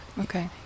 Okay